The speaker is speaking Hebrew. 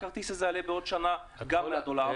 הכרטיס הזה יעלה בעוד שנה גם 100 דולר.